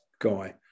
guy